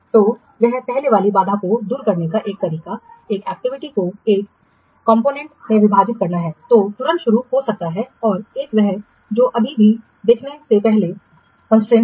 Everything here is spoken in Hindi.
तो अब पहले वाली बाधा को दूर करने का एक तरीका एक एक्टिविटी को एक कॉम्पोनेंट में विभाजित करना है जो तुरंत शुरू हो सकता है और एक वह जो अभी भी देखने से पहले बाधा है